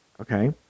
Okay